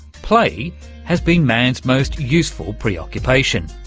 play has been man's most useful preoccupation.